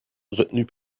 retenue